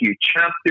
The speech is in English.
chapter